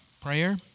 prayer